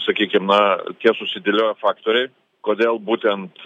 sakykim na tie susidėlioję faktoriai kodėl būtent